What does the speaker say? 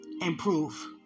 Improve